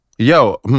Yo